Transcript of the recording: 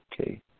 Okay